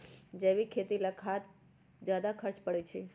जैविक खेती ला ज्यादा खर्च पड़छई?